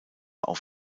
auf